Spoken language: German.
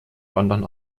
london